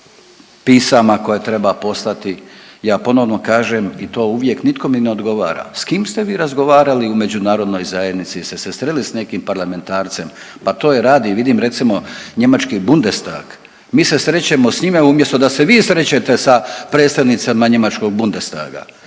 pisama koje treba poslati. Ja ponovno kažem i to uvijek nitko mi ne odgovara, s kim ste vi razgovarali u međunarodnoj zajednici, ste se sreli s nekim parlamentarcem, pa to je radim vidi recimo njemački Bundestag, mi se srećemo s njime umjesto da se vi srećete sa predstavnicama njemačkog Bundestaga.